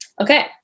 Okay